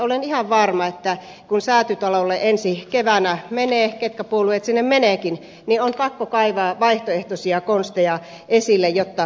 olen ihan varma että kun säätytalolle ensi keväänä mennään mitkä puolueet sinne menevätkin niin on pakko kaivaa vaihtoehtoisia konsteja esille jotta pärjätään